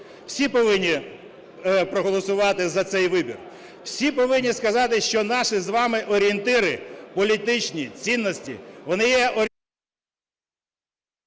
Всі повинні проголосувати за цей вибір. Всі повинні сказати, що наші з вами орієнтири, політичні цінності, вони є орієнтирами